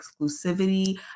exclusivity